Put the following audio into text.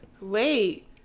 Wait